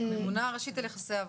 הממונה הראשית על יחסי עבודה.